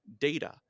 data